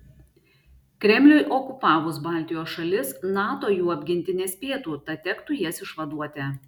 kremliui okupavus baltijos šalis nato jų apginti nespėtų tad tektų jas išvaduoti